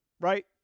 Right